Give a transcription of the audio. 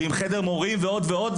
ועם חדר מורים ועוד ועוד,